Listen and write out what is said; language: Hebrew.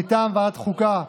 מטעם ועדת החוקה: